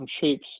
shapes